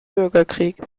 bürgerkrieg